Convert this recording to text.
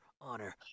honor